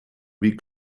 wie